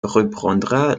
reprendra